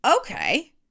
Okay